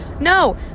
no